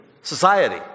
society